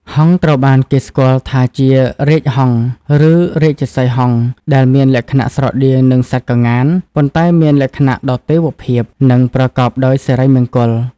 ហង្សត្រូវបានគេស្គាល់ថាជា រាជហង្ស ឬ រាជសីហ៍ហង្ស ដែលមានលក្ខណៈស្រដៀងនឹងសត្វក្ងាន ប៉ុន្តែមានលក្ខណៈដ៏ទេវភាព និងប្រកបដោយសិរីមង្គល។